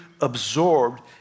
absorbed